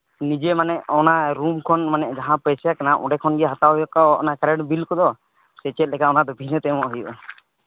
ᱱᱤᱡᱮ ᱢᱟᱱᱮ ᱚᱱᱟ ᱨᱩᱢ ᱠᱷᱚᱱ ᱢᱟᱱᱮ ᱡᱟᱦᱟᱸ ᱯᱟᱭᱥᱟ ᱠᱟᱱᱟ ᱚᱸᱰᱮ ᱠᱷᱚᱱᱜᱮ ᱦᱟᱛᱟᱣᱟᱠᱚ ᱚᱱᱟ ᱠᱟᱨᱮᱱᱴ ᱵᱤᱞ ᱠᱚᱫᱚ ᱥᱮ ᱚᱱᱟ ᱫᱚ ᱵᱷᱤᱱᱟᱹ ᱛᱮ ᱮᱢᱚᱜ ᱦᱩᱭᱩᱜᱼᱟ